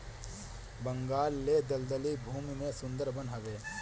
बंगाल ले दलदली भूमि में सुंदर वन हवे